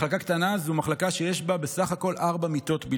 מחלקה קטנה היא מחלקה שיש בה בסך הכול ארבע מיטות.